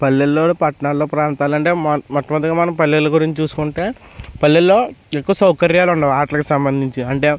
పల్లెల్లో పట్టణాల్లో ప్రాంతాలంటే మొ మొట్టమొదట మనం పల్లెల్లు గురించి చూసుకుంటే పల్లెల్లో ఎక్కువ సౌకర్యాలు ఉండవు ఆటలకి సంబంధించి అంటే